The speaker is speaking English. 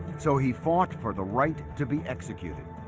so he fought for the right to be executed